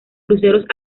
cruceros